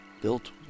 Built